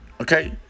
Okay